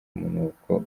umunuko